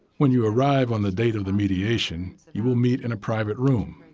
when you arrive on the date of the mediation, you will meet in a private room.